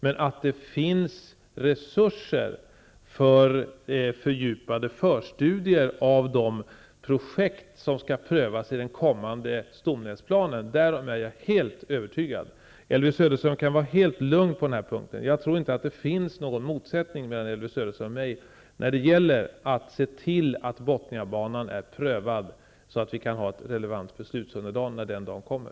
Men det finns resurser för fördjupade förstudier av de projekt som skall prövas i den kommande stomnätsplanen. Därom är jag helt övertygad. Elvy Söderström kan vara helt lugn på den punkten. Det finns inte någon motsättning mellan Elvy Söderström och mig när det gäller att se till att frågan om Botniabanan är prövad så att det finns ett relevant beslutsunderlag när den dagen kommer.